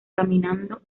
caminando